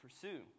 pursue